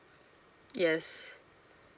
yes